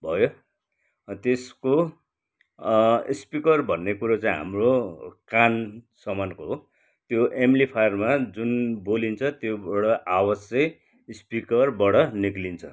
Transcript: भयो अँ त्यसको स्पिकर भन्ने कुरो चाहिँ हाम्रो कानसम्मको हो त्यो एम्प्लिफायरमा जुन बोलिन्छ त्योबाट आवाज चाहिँ स्पिकरबाट निक्लिन्छ